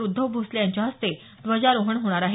उद्धव भोसले यांच्या हस्ते ध्वजारोहण होणार आहे